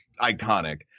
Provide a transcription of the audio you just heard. iconic